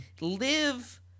Live